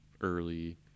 early